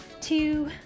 two